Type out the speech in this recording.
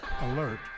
Alert